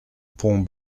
pont